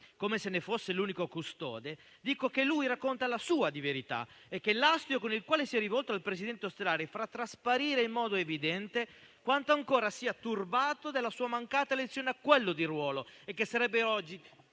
come se ne fosse l'unico custode, dico che lui racconta la sua verità e che l'astio con il quale si è rivolto al presidente Ostellari fa trasparire in modo evidente quanto ancora sia turbato dalla sua mancata elezione a quel ruolo: oggi sarebbe il